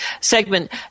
segment